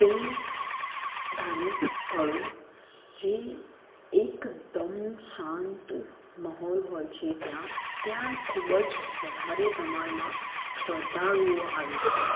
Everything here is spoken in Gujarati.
તે ધાર્મિક સ્થળો જે એકદમ શાંત મહોલ હોય છે ત્યાં ત્યાં ખૂબ જ વધારે પ્રમાણમાં શ્રદ્ધાળુઓ આવે છે